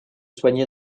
soigner